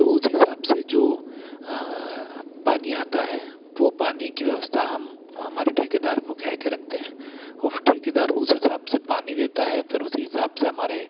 तो उस हिसाब से जो पानी आता है वह पानी की व्यवस्था हम हमारे ठेकेदार को कह के रखते हैं और ठेकेदार उस हिसाब से पानी देता है फिर उसी हिसाब से हमारे